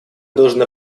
должны